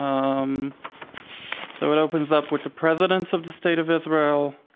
um so it opens up with the presidents of the state of israel,